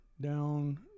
down